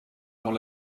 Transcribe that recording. dans